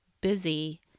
busy